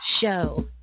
show